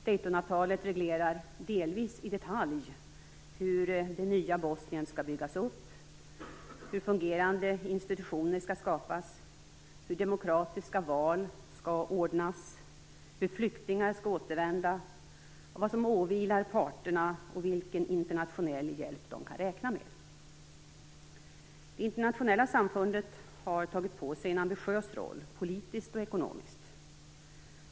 Daytonavtalet reglerar delvis i detalj hur det nya Bosnien skall byggas upp, hur fungerande institutioner skall skapas, hur demokratiska val skall ordnas, hur flyktingar skall återvända, vad som åvilar parterna och vilken internationell hjälp de kan räkna med. Det internationella samfundet har tagit på sig en ambitiös politisk och ekonomisk roll.